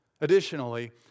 Additionally